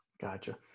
Gotcha